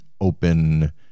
Open